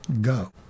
go